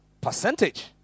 percentage